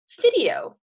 video